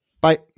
bye